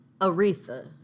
Aretha